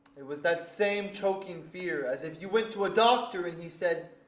it was that same choking fear as if you went to a doctor and he said,